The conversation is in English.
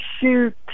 shoot